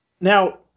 Now